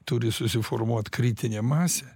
turi susiformuot kritinė masė